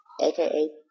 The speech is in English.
AKA